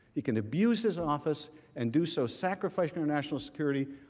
he can abuse his office and do so sacrificing national security,